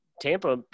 Tampa